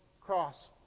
cross